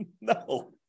No